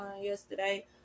yesterday